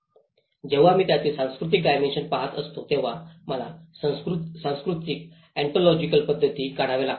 जेव्हा मी त्यातील सांस्कृतिक डायमेन्शन पहात असतो तेव्हा मला सांस्कृतिक ऑन्टॉलॉजिकल पद्धती काढाव्या लागतात